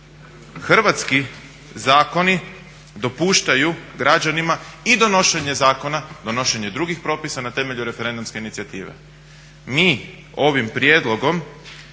Hrvatski zakoni dopuštaju građanima i donošenje zakona, donošenje drugih propisa na temelju referendumske inicijative. Mi ovim prijedlogom